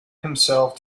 himself